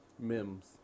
Mims